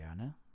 gerne